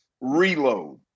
reload